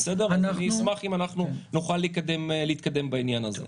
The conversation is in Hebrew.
אני אשמח אם אנחנו נוכל להתקדם בעניין הזה.